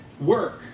work